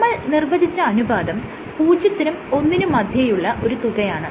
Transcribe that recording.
നമ്മൾ നിർവചിച്ച അനുപാതം പൂജ്യത്തിനും ഒന്നിനും മധ്യേയുളള ഒരു തുകയാണ്